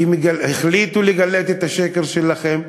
כי החליטו לגלות את השקר שלכם?